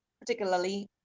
particularly